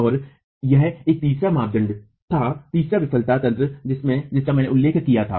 और यह एक तीसरी मप्दंद्ता थी तीसरी विफलता तंत्र जिसका मैंने उल्लेख किया था